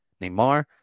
Neymar